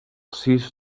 sis